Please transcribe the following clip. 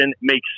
makes